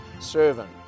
servant